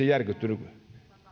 järkyttynyt